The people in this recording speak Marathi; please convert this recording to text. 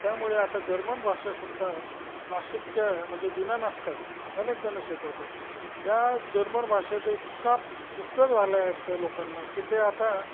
त्यामुळे आता जर्मन भाषासुद्धा नाशिकच्या म्हणजे जुन्या नासिकात अनेकजणं शिकवतात या जर्मन भाषेचा इतका उपयोग झाला आहे त्या लोकांना की ते आता